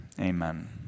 Amen